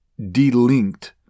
delinked